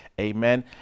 Amen